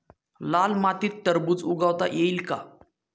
लाल मातीत टरबूज उगवता येईल का?